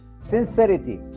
sincerity